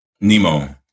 Nemo